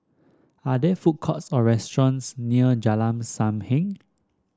are there food courts or restaurants near Jalan Sam Heng